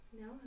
No